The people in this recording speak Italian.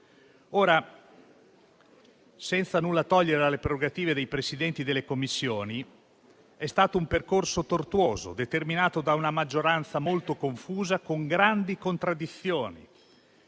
Senza nulla togliere alle prerogative dei Presidenti delle Commissioni, è stato un percorso tortuoso, determinato da una maggioranza molto confusa, con grandi contraddizioni,